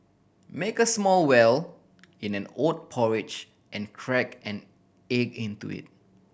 make a small well in an oat porridge and crack an egg into it